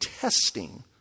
testing